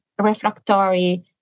refractory